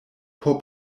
por